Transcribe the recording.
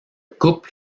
couple